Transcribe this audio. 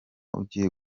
ugiye